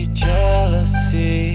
jealousy